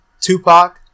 Tupac